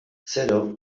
zero